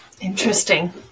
interesting